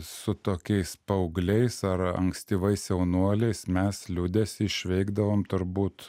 su tokiais paaugliais ar ankstyvais jaunuoliais mes liūdesį išveikdavom turbūt